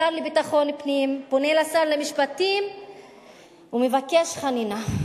השר לביטחון פנים פונה לשר המשפטים ומבקש חנינה.